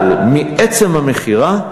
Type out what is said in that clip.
אבל מעצם המכירה,